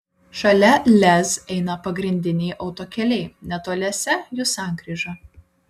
šalia lez eina pagrindiniai autokeliai netoliese jų sankryža